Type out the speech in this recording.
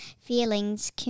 feelings